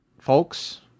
folks